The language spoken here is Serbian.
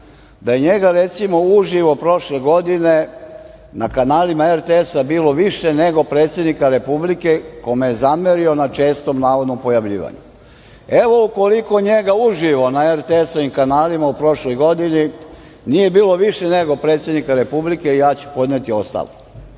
da je njega, recimo, uživo prošle godine na kanalima RTS-a bilo više nego predsednika Republike, kome je zamerio na čestom navodnom pojavljivanju. Evo, ukoliko njega uživo na RTS-ovim kanalima u prošloj godini nije bilo više nego predsednika Republike, ja ću podneti ostavku,